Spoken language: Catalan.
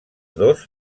dos